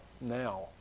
now